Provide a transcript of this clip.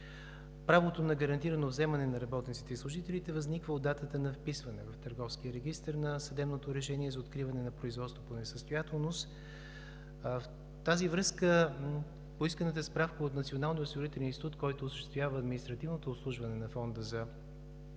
Правото на гарантирано вземане на работниците и служителите възниква от датата на вписване в търговския регистър на съдебното решение за откриване на производство по несъстоятелност. В тази връзка, поисканата справка от „Националния осигурителен институт“, който осъществява административното обслужване на Фонда за